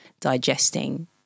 digesting